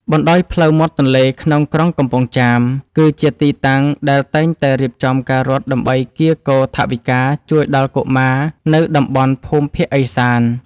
បណ្ដោយផ្លូវមាត់ទន្លេក្នុងក្រុងកំពង់ចាម គឺជាទីតាំងដែលតែងតែរៀបចំការរត់ដើម្បីកៀរគរថវិកាជួយដល់កុមារនៅតំបន់ភូមិភាគឦសាន។